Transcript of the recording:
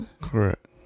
correct